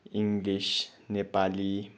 English Nepali